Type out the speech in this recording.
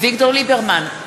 אביגדור ליברמן,